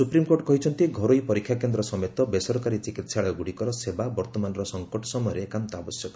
supreme court କହିଛନ୍ତି ଘରୋଇ ପରୀକ୍ଷା କେନ୍ଦ୍ର ସମେତ ବେସରକାରୀ ଚିକିହାଳୟଗୁଡ଼ିକର ସେବା ବର୍ତ୍ତମାନର ସଫକଟ ସମୟରେ ଏକାନ୍ତ ଆବଶ୍ୟକ